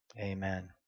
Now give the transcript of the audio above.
Amen